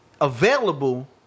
available